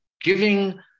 giving